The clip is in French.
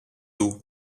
eaux